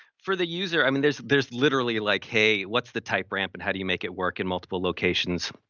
for the user, i mean, there's there's literally like, hey, what's the type ramp and how do you make it work in multiple locations?